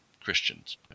Christians